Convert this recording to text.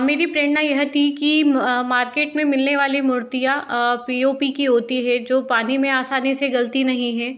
मेरी प्रेरणा ये है कि मार्केट में मिलनी वाली मूर्तियाँ पी ओ पी की होती है जो पानी में आसानी से गलती नहीं हैं